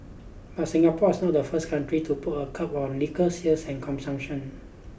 but Singapore is not the first country to put a curb on liquor sales and consumption